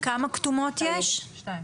מדובר בשתיים